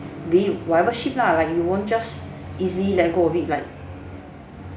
be it whatever ship lah like you won't just easily let go of it like